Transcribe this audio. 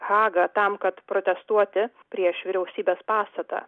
hagą tam kad protestuoti prieš vyriausybės pastatą